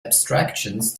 abstractions